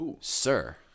Sir